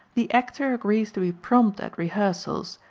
the actor agrees to be prompt at rehearsals,